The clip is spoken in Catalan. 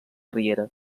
riera